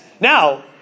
Now